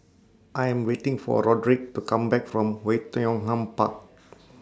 I Am waiting For Rodrick to Come Back from Oei Tiong Ham Park